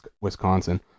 Wisconsin